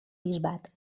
bisbat